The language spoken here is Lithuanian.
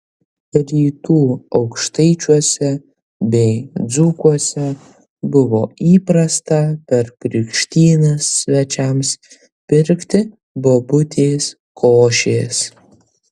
rytų aukštaičiuose bei dzūkuose buvo įprasta per krikštynas svečiams pirkti bobutės košės